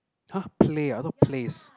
!huh! play ah I thought place